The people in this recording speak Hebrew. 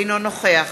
אינו נוכח